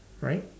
right